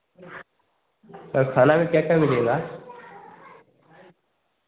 और खाना क्या क्या मिलेगा